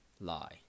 lie